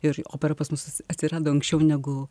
ir opera pas mus atsirado anksčiau negu